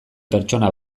pertsona